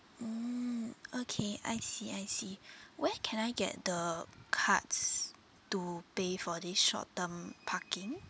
mm okay I see I see where can I get the cards to pay for this short term parking